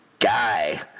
guy